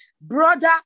Brother